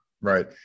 Right